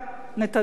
נתניהו?